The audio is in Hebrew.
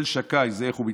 "אל שדי" זה איך הוא מתנהג,